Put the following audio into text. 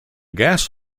gas